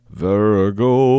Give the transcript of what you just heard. virgo